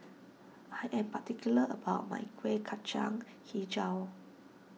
I am particular about my Kuih Kacang HiJau